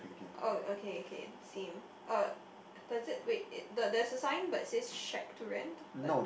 oh okay can same uh does it wait it the there's a sign but says shack to rent but